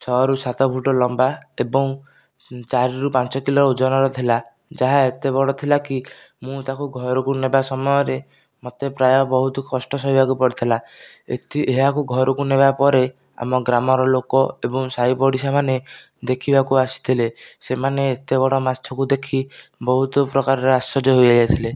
ଛଅରୁ ସାତ ଫୁଟ ଲମ୍ବା ଏବଂ ଚାରିରୁ ପାଞ୍ଚ କିଲୋ ଓଜନର ଥିଲା ଯାହା ଏତେ ବଡ଼ ଥିଲା କି ମୁଁ ତାକୁ ଘର କୁ ନେବା ସମୟରେ ମୋତେ ପ୍ରାୟ ବହୁତ କଷ୍ଟ ସହିବାକୁ ପଡ଼ିଥିଲା ଏହାକୁ ଘରକୁ ନେବା ପରେ ଆମ ଗ୍ରାମର ଲୋକ ଏବଂ ସାହିପଡ଼ିଶା ମାନେ ଦେଖିବାକୁ ଆସିଥିଲେ ସେମାନେ ଏତେ ବଡ଼ ମାଛକୁ ଦେଖି ବହୁତ ପ୍ରକାରର ଆଶ୍ଚର୍ଯ୍ୟ ହୋଇଯାଇଥିଲେ